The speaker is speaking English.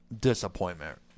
disappointment